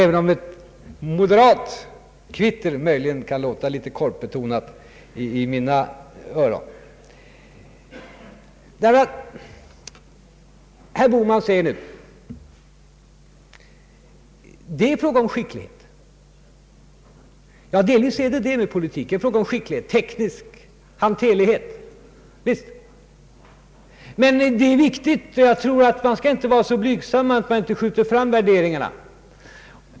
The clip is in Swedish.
Men ett moderat kvitter kan möjligen låta litet korpbetonat i mina öron. I sitt anförande underströk herr Bohman att det krävs skicklighet att göra upp en finansplan. Visst är det fråga om skicklighet och teknisk hanterlighet. Men jag tror inte att man skall vara så blygsam att man inte skjuter fram värderingarna.